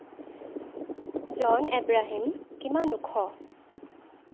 জন আব্ৰাহাম কিমান ওখ